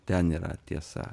ten yra tiesa